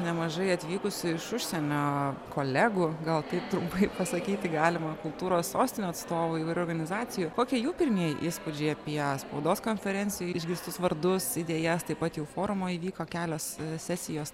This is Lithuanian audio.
nemažai atvykusių iš užsienio kolegų gal tai trumpai pasakyti galima kultūros sostinių atstovų įvairių organizacijų kokie jų pirmieji įspūdžiai apie spaudos konferenciją išgirstus vardus idėjas taip pat jau forumo įvyko kelios sesijos